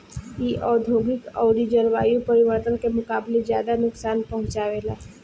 इ औधोगिक अउरी जलवायु परिवर्तन के मुकाबले ज्यादा नुकसान पहुँचावे ला